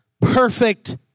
perfect